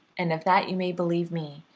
and of that you may believe me,